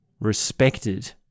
respected